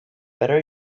better